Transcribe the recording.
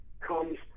comes